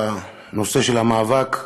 בנושא המאבק,